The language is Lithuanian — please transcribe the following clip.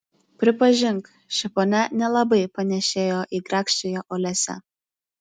pripažink ši ponia nelabai panėšėjo į grakščiąją olesią